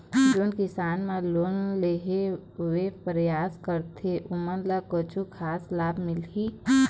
जोन किसान मन लोन लेहे के परयास करथें ओमन ला कछु खास लाभ मिलही?